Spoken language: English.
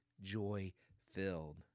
joy-filled